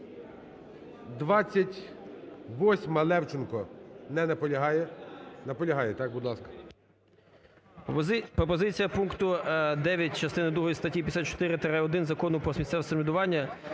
28-а, Левченко. Не наполягає. Наполягає, так? Будь ласка.